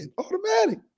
automatic